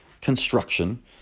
construction